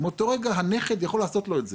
מאותו הרגע הנכד יכול לעשות לו את זה.